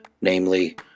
namely